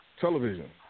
television